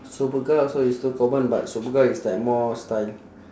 superga also is too common but superga is like more style